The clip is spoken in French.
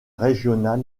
régional